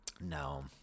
No